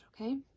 okay